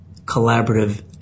collaborative